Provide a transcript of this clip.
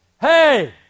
Hey